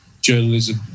journalism